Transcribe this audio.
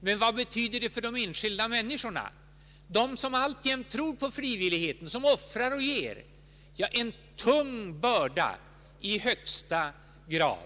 Men för de enskilda människorna — som alltjämt tror på frivilligheten, som offrar och ger — innebär denna höjning en mycket tung börda.